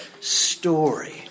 story